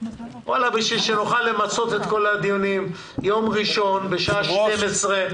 כדי שנוכל למצות את כל הדיונים ביום ראשון בשעה 12:00